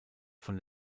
von